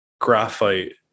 Graphite